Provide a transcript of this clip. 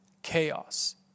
chaos